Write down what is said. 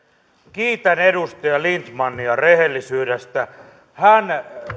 kiitän edustaja lindtmania rehellisyydestä hän